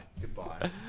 Goodbye